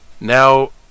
Now